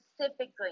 specifically